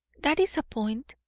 that is a point.